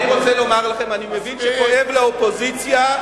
אני מבין שכואב לאופוזיציה,